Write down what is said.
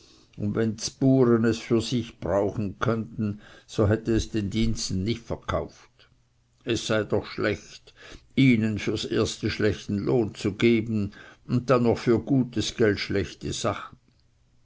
gekauft wenn ds buren es für sich hätten brauchen können sie hätten es den diensten nicht verkauft es sei doch schlecht ihnen fürs erste schlechten lohn zu geben und dann noch für gutes geld schlechte sachen